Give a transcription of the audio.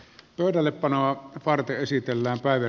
pöydällepanoa varten esitellään päivän